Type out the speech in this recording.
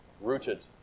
rooted